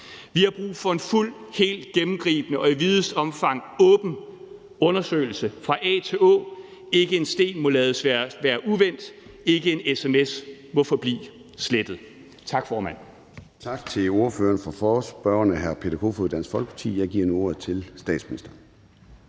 Vi har brug for en fuldt og helt gennemgribende og i videst omfang åben undersøgelse fra A til Å. Ikke en sten må være uvendt. Ikke en sms må forblive slettet.